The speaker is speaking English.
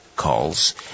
Calls